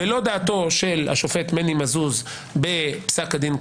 ולא דעתו של השופט מני מזוז בפסק הדין קוונטינסקי.